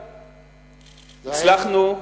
הצלחנו,